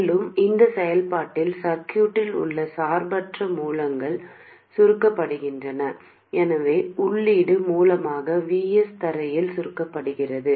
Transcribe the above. மேலும் இந்தச் செயல்பாட்டில் சர்க்யூட்டில் உள்ள சார்பற்ற மூலங்கள் சுருக்கப்படுகின்றன எனவே உள்ளீட்டு மூலமான Vs தரையில் சுருக்கப்படுகிறது